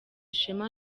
ishema